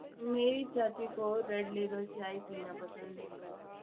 मेरी चाची को रेड लेबल चाय पीना पसंद है